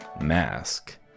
mask